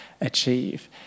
achieve